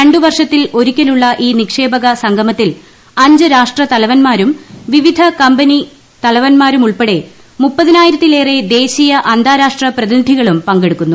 രണ്ടു വർഷത്തിൽ ഒരിക്കലുള്ള ഈ നിക്ഷേപക സംഗമത്തിൽ അഞ്ച് രാഷ്ട്രതലവന്മാരും വിവിധ കമ്പനി തലവന്മാരുൾപ്പെടെ മുപ്പതിനായിരത്തിലേറെ ദേശീയ അന്താരാഷ്ട്ര പ്രതിനിധികളും പങ്കെടുക്കുന്നു